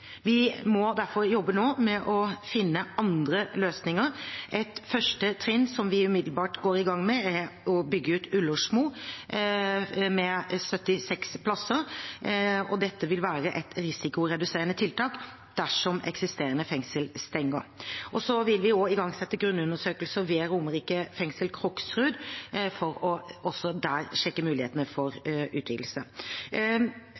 Vi må derfor jobbe nå med å finne andre løsninger. Et første trinn, som vi umiddelbart går i gang med, er å bygge ut Ullersmo med 76 plasser. Dette vil være et risikoreduserende tiltak dersom eksisterende fengsel stenger. Vi vil også igangsette grunnundersøkelser ved Romerike fengsel Kroksrud, for også der å sjekke mulighetene for